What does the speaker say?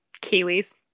Kiwis